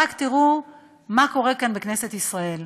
רק תראו מה קורה כאן בכנסת ישראל: